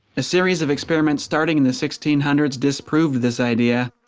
a series of experiments starting in the sixteen hundreds disproved this idea,